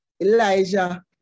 Elijah